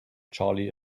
charlie